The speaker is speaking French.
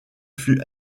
fut